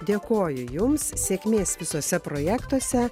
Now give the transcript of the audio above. dėkoju jums sėkmės visuose projektuose